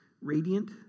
radiant